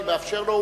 אני מאפשר לו.